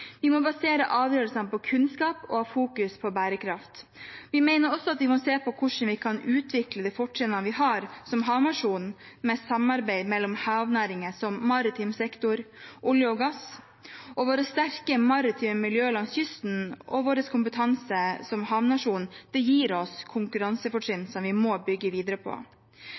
Vi må basere avgjørelsene på kunnskap og fokusere på bærekraft. Vi mener også at vi må se på hvordan vi kan utvikle de fortrinnene vi har som havnasjon, med samarbeid mellom havnæringer som maritim sektor, olje og gass. Våre sterke maritime miljø langs kysten og vår kompetanse som havnasjon gir oss konkurransefortrinn som vi må bygge videre på.